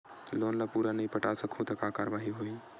Loan ला पूरा नई पटा सकहुं का कारवाही होही?